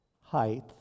height